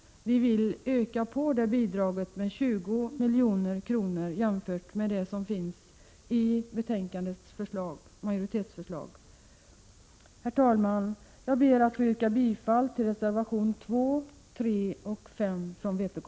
Vi vill öka på statsbidraget med 20 milj.kr., jämfört med det som finns i betänkandets majoritetsförslag. Herr talman! Jag ber att få yrka bifall till reservationerna 2, 3 och 5 från vpk.